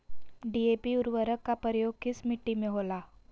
DAP उर्वरक का प्रयोग किस मिट्टी में होला?